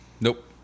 Nope